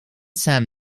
sam